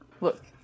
Look